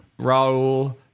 Raul